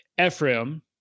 Ephraim